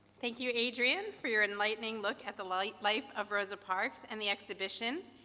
thank you adrienne for your enlightening look at the life life of rosa parks and the exhibition.